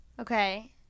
Okay